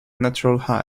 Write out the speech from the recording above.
natural